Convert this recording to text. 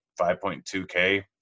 5.2K